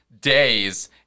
days